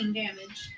damage